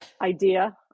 idea